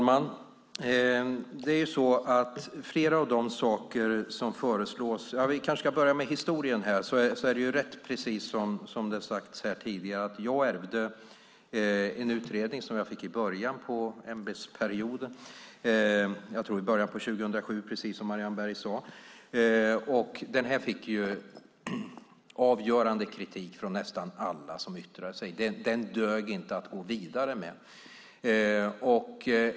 Herr talman! Vi kanske ska börja med historien. Det stämmer att jag ärvde en utredning, som kom i början av min ämbetsperiod - jag tror det var i början av 2007 precis som Marianne Berg sade. Den fick avgörande kritik från nästan alla som yttrade sig. Den dög inte att gå vidare med.